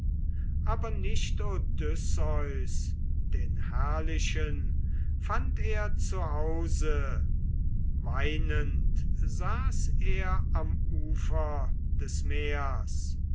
aber nicht odysseus den herrlichen fand er zu hause weinend saß er am ufer des meers